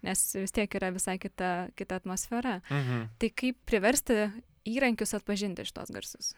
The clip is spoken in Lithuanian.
nes vis tiek yra visai kita kita atmosfera tai kaip priversti įrankius atpažinti šituos garsus